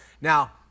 Now